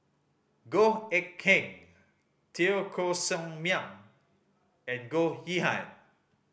Goh Eck Kheng Teo Koh Sock Miang and Goh Yihan